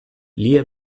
lia